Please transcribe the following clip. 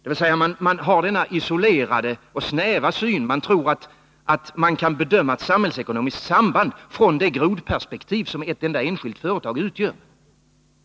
Man har alltså denna isolerade och snäva syn. Man tror att man kan bedöma ett samhällsekonomiskt samband från det grodperspektiv som ett enda enskilt företag utgör.